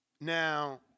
Now